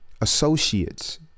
associates